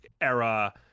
era